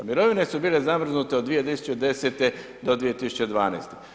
Mirovine su bile zamrznute od 2010. do 2012.